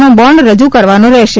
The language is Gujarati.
નો બોન્ડ રજુ કરવાનો રહેશે